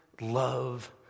love